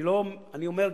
אני אומר,